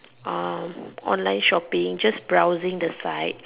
uh online shopping just browsing the site